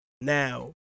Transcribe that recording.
now